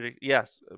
Yes